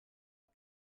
qui